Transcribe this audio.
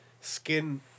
Skin